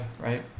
right